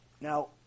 Now